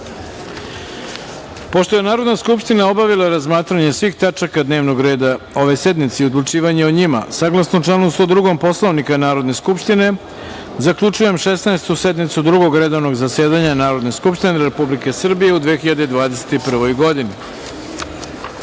je Narodna skupština obavila razmatranje svih tačaka dnevnog reda ove sednice i odlučivanje o njima, saglasno članu 102. Poslovnika Narodne skupštine, zaključujem Šesnaestu sednicu Drugog redovnog zasedanja Narodne skupštine Republike Srbije u 2021. godini.